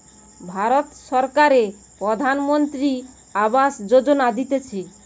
ভারত সরকারের প্রধানমন্ত্রী আবাস যোজনা দিতেছে